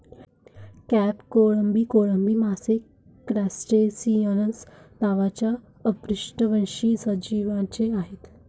crab, कोळंबी, कोळंबी मासे क्रस्टेसिअन्स नावाच्या अपृष्ठवंशी सजीवांचे आहेत